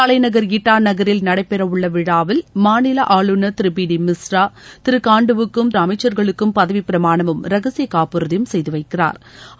தலைநகர் இட்டா நகரில் நடைபெறவுள்ள விழாவில் மாநில ஆளுநர் திரு பி டி மிஸ்ரா திரு காண்டுவுக்கும் அமைச்சர்களுக்கும் பதவி பிரமாண்மும் ரகசிய காப்புறுதியும் செய்து வைக்கிறாா்